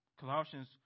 Colossians